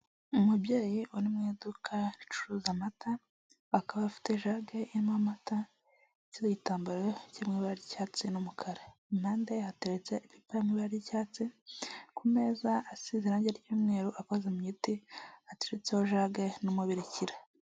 Umubyeyi uri mu iduka ricuruza, amata akaba afite ijage irimo amata, n'igitambaro kiri mu ibara ry'icyatsi n'umukara, impande ye hateretse icupa riri mu ibara ry'icyatsi, ku meza asize irangi ry'umweru, akoze mu giti ateretseho ijage n'umubikira.